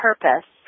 purpose